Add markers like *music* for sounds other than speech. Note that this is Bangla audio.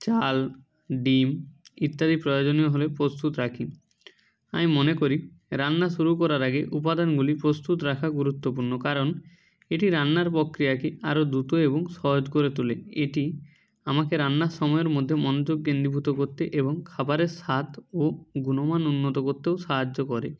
চাল ডিম ইত্যাদি প্রয়োজনীয় হলেও প্রস্তুত রাখি আমি মনে করি রান্না শুরু করার আগে উপাদানগুলি প্রস্তুত রাখা গুরুত্বপূর্ণ কারণ এটি রান্নার প্রক্রিয়াকে আরও দ্রুত এবং সহজ করে তোলে এটি আমাকে রান্নার সময়ের মধ্যে মন *unintelligible* কেন্দ্রীভূত করতে এবং খাবারের স্বাদ ও গুণমান উন্নত করতেও সাহায্য করে